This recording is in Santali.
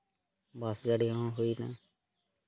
ᱵᱟᱥ ᱜᱟᱹᱰᱤ ᱦᱚᱸ ᱦᱩᱭ ᱮᱱᱟ